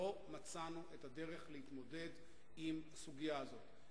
לא מצאנו את הדרך להתמודד עם הסוגיה הזאת.